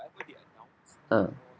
ah